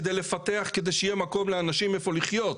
כדי שיהיה מקום לאנשים לחיות.